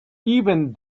even